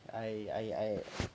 I I I